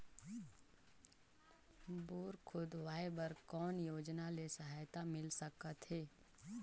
Bore खोदवाय बर कौन योजना ले सहायता मिल सकथे?